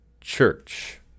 Church